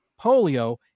polio